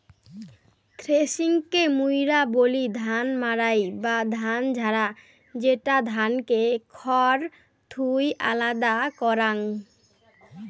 থ্রেশিংকে মুইরা বলি ধান মাড়াই বা ধান ঝাড়া, যেটা ধানকে খড় থুই আলাদা করাং